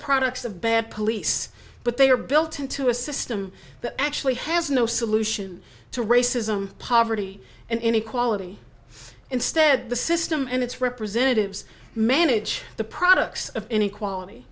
products of bad police but they are built into a system that actually has no solution to racism poverty and inequality instead the system and its representatives manage the products of inequality